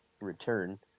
return